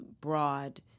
broad